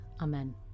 Amen